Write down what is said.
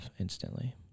instantly